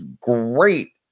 great